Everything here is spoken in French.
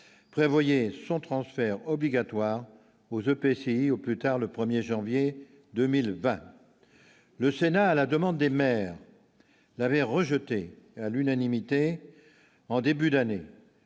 prévoyait son transfert obligatoire aux EPCI au plus tard le 1er janvier 2020, le Sénat, à la demande des maires l'avaient rejeté à l'unanimité en début d'année,